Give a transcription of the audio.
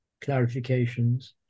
clarifications